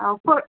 औ